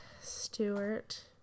Stewart